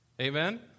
Amen